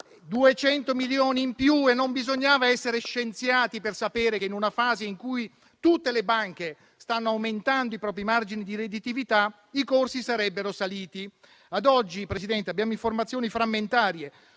lo sottolineo. Non bisognava essere scienziati per sapere che in una fase in cui tutte le banche stanno aumentando i propri margini di redditività, i corsi sarebbero saliti. Ad oggi, Presidente, abbiamo informazioni frammentarie